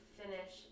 finish